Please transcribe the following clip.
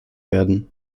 werden